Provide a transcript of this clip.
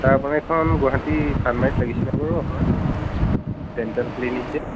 sir আপুনি এইখন গুৱাহাটীৰ চানমাৰিত লাগিছেনে বাৰু আপোনাৰ ডেণ্টেল ক্লিনিক যে